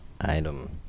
item